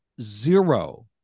zero